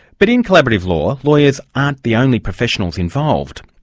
but in collaborative law, lawyers aren't the only professionals involved.